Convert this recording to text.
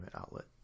outlet